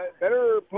Better